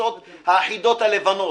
החפיסות האחידות הלבנות?